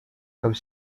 comme